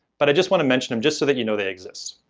but i just want to mention them just so that you know they exist.